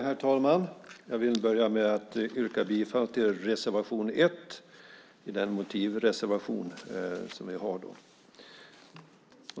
Herr talman! Jag vill börja med att yrka bifall till reservation 1, den motivreservation som vi har.